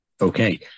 okay